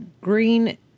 Green